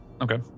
Okay